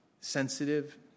sensitive